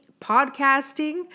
podcasting